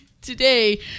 today